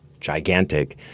gigantic